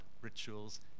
rituals